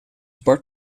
bart